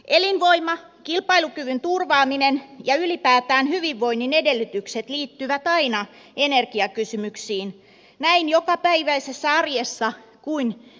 elinvoima kilpailukyvyn turvaaminen ja ylipäätään hyvinvoinnin edellytykset liittyvät aina energiakysymyksiin niin jokapäiväisessä arjessa kuin erityistilanteissa